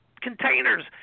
Containers